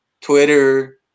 Twitter